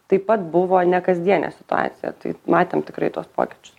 taip pat buvo nekasdienė situacija tai matėm tikrai tuos pokyčius